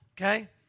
Okay